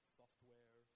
software